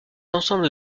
ensemble